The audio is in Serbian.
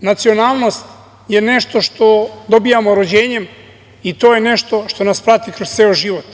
nacionalnost. Nacionalnost je nešto što dobijamo rođenjem i to je nešto što nas prati kroz ceo život,